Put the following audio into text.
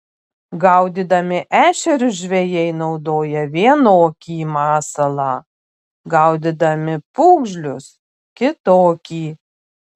gaudydami ešerius žvejai naudoja vienokį masalą gaudydami pūgžlius kitokį